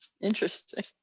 interesting